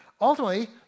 ultimately